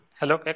hello